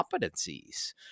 competencies